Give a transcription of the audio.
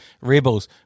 Rebels